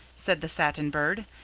said the satin bird,